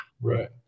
Right